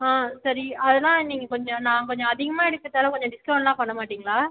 சரி அதெல்லாம் நீங்கள் கொஞ்சம் நான் கொஞ்சம் அதிகமாக எடுத்துக்கறதால் கொஞ்சம் டிஸ்கவுண்ட்லாம் பண்ண மாட்டீங்களா